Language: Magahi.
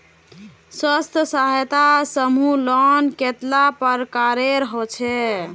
स्वयं सहायता समूह लोन कतेला प्रकारेर होचे?